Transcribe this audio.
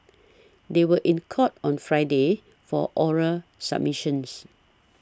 they were in court on Friday for oral submissions